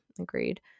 Agreed